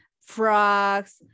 frogs